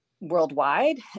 worldwide